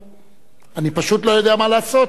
אני פשוט לא יודע מה לעשות.